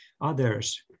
others